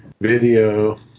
video